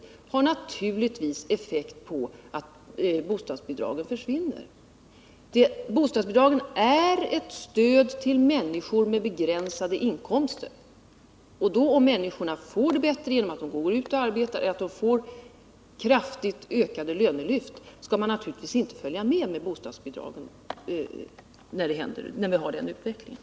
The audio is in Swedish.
Även detta är naturligtvis förklaringen till att en del bostadsbidrag försvunnit. Bostadsbidragen är ett stöd till människor med begränsade inkomster. Om människorna får det bättre genom kraftiga lönelyft eller genom att de går ut och arbetar skall bostadsbidragen naturligtvis inte följa med.